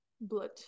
blood